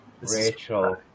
Rachel